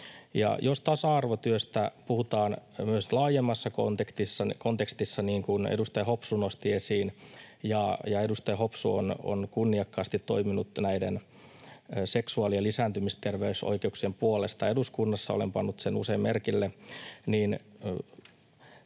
Jos tasa-arvotyöstä puhutaan myös laajemmassa kontekstissa, niin kuin edustaja Hopsu nosti esiin — ja edustaja Hopsu on kunniakkaasti toiminut näiden seksuaali- ja lisääntymisterveysoikeuksien puolesta eduskunnassa, olen pannut sen usein merkille